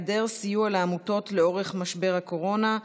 היעדר סיוע לעמותות לאורך משבר הקורונה,